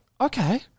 okay